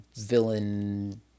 villain